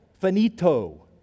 Finito